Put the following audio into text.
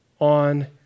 on